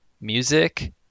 music